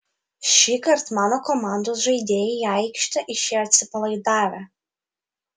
šįkart mano komandos žaidėjai į aikštę išėjo atsipalaidavę